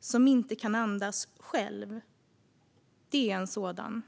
som inte kan andas själv är en sådan.